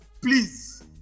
please